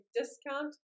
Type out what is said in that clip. discount